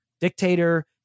dictator